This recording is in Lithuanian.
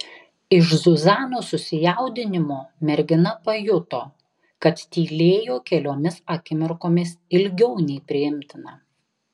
iš zuzanos susijaudinimo mergina pajuto kad tylėjo keliomis akimirkomis ilgiau nei priimtina